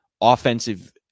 offensive